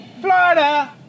Florida